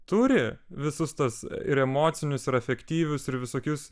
turi visus tas ir emocinius ir afektyvius ir visokius